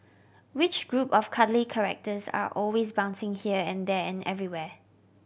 which group of cuddly characters are always bouncing here and there and everywhere